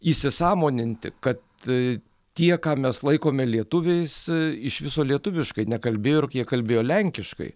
įsisąmoninti kad tie ką mes laikome lietuviais iš viso lietuviškai nekalbėjo ir juk jie kalbėjo lenkiškai